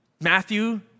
Matthew